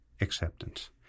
Acceptance